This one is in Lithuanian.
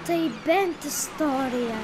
tai bent istorija